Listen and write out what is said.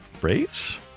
Braves